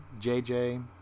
JJ